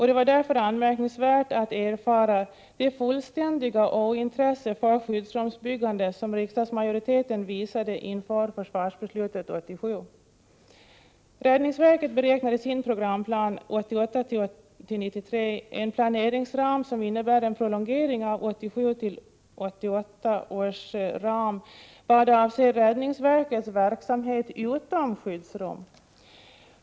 Det var därför anmärkningsvärt att erfara det fullständiga ointresse för skyddsrumsbyggande som riksdagsmajoriteten visade inför försvarsbeslutet 1987. Räddningsverket räknar i sin programplan för åren 1988-1993 med en planeringsram som innebär en prolongering av 1987/88 års ram vad avser räddningsverkets verksamhet utom skyddsrumsdelen.